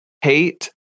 hate